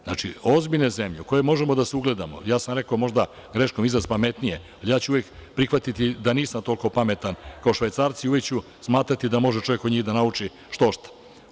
Znači, ozbiljne zemlje na koje možemo da se ugledamo, rekao sam možda greškom izraz pametnije, ali uvek ću prihvatiti da nisam toliko pametan kao Švajcarci, uvek ću smatrati da može čovek od njih da nauči što-šta.